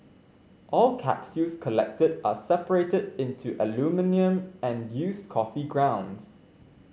all capsules collected are separated into aluminium and used coffee grounds